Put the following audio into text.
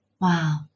Wow